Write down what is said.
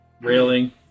railing